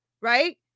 Right